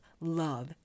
love